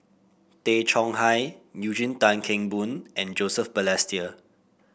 Tay Chong Hai Eugene Tan Kheng Boon and Joseph Balestier